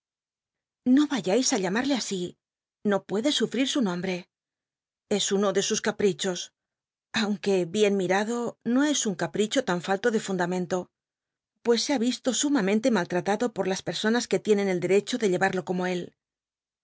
no ntyais ü llamal'lc así no puede sufrir su nombre es uno de sus caprichos aunque bien mirado no es un capricho tan fallo de fundamento pues se ha isto sumamente mallmtaclo por las personas cue tienen el derecho de llcyal'lo como él